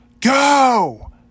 Go